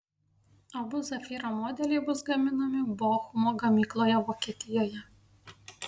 abu zafira modeliai bus gaminami bochumo gamykloje vokietijoje